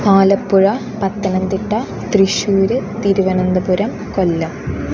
Alappuzha Pathanamthitta Thrissur Thiruvananthapuram Kollam